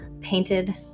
painted